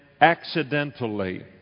accidentally